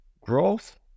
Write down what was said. Growth